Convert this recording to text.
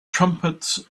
trumpets